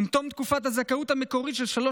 אם תום תקופת הזכאות המקורית של שלוש